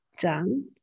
done